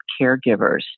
caregivers